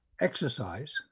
exercise